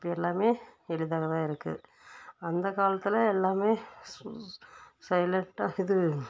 இப்போ எல்லாமே எளிதாக தான் இருக்குது அந்த காலத்தில் எல்லாமே சைலண்ட்டாக இது